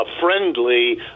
friendly